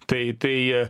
tai tai